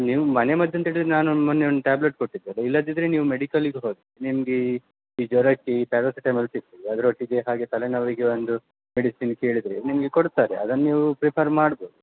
ನೀವು ಮನೆ ಮದ್ದು ಅಂತ ಹೇಳಿದರೆ ನಾನು ಒಂದು ಮೊನ್ನೆ ಒಂದು ಟ್ಯಾಬ್ಲೆಟ್ ಕೊಟ್ಟಿದ್ದೆಲ್ಲ ಇಲ್ಲದಿದ್ದರೆ ನೀವು ಮೆಡಿಕಲ್ಲಿಗೆ ಹೋಗಿ ನಿಮಗೆ ಈ ಜ್ವರಕ್ಕೆ ಪ್ಯಾರಸಿಟಮಲ್ ಸಿಗ್ತದೆ ಅದ್ರ ಒಟ್ಟಿಗೆ ಹಾಗೆ ತಲೆನೋವಿಗೆ ಒಂದು ಮೆಡಿಸಿನ್ ಕೇಳಿದರೆ ನಿಮಗೆ ಕೊಡ್ತಾರೆ ಅದನ್ನು ನೀವೂ ಪ್ರಿಫರ್ ಮಾಡ್ಬೋದು